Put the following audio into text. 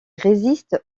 résiste